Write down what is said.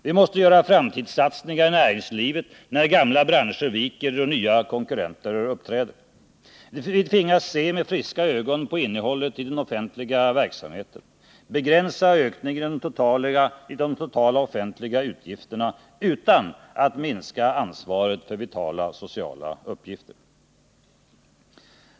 Vi måste göra framtidssatsningar i näringslivet när gamla branscher viker och nya konkurrenter uppträder. Vi tvingas se med friska ögon på innehållet i den offentliga verksamheten, begränsa ökningen i de totala offentliga utgifterna utan att minska ansvaret för vitala sociala uppgifter.